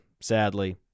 sadly